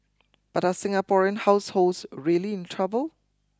but are Singaporean households really in trouble